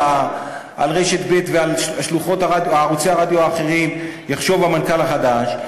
רשת ב' ועל ערוצי הרדיו האחרים יחשוב המנכ"ל החדש.